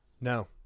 No